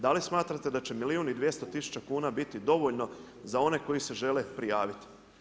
Da li smatrate da će milijun i 200 tisuća kuna biti dovoljno za one koji se žele prijaviti?